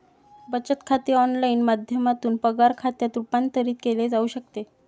बचत खाते ऑनलाइन माध्यमातून पगार खात्यात रूपांतरित केले जाऊ शकते